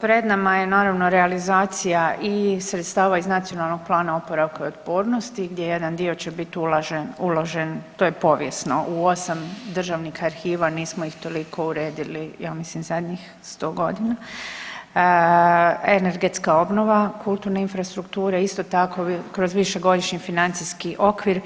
Pred nama je naravno, realizacija i sredstava iz Nacionalnog plana oporavka i otpornosti gdje jedan dio će bit uložen, to je povijesno, u 8 državnih arhiva, nismo ih toliko uredili, ja mislim, zadnjih 100 godina, energetska obnova kulturne infrastrukture, isto tako kroz Višegodišnji financijski okvir,